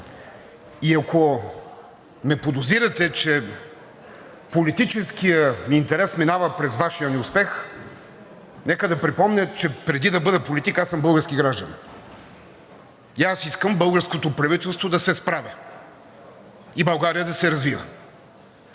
Ако ме подозирате, че политическият интерес минава през Вашия неуспех, нека да припомня, че преди да бъда политик, аз съм български гражданин и аз искам българското правителство да се справя и България да се развива.